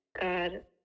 God